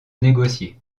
négocier